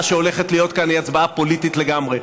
שהולכת להיות כאן היא הצבעה פוליטית לגמרי.